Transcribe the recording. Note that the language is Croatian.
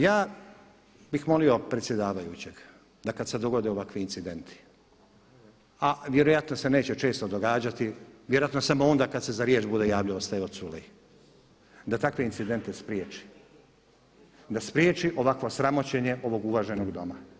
Ja bih molio predsjedavajućeg da kada se dogode ovakvi incidenti a vjerojatno se neće često događati, vjerojatno samo onda kada se za riječ bude javljao Stevo Culej, da takve incidente spriječi, da spriječi ovakvo sramoćenje ovog uvaženog Doma.